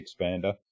expander